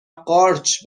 قارچ